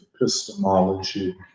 epistemology